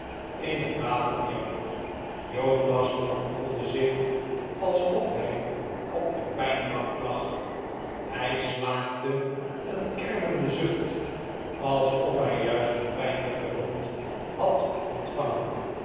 in het water wierp jonas kronkelde zich alsof hij op de pijnbank lag hij slaakte een kermenden zucht alsof hij juist een pijnlijke wond had ontvangen